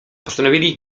postanowili